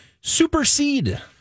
supersede